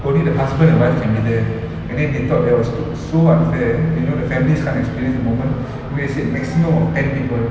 only the husband and wife can be there and then they thought that was t~ so unfair you know the families can't experience the moment then they said maximum of ten people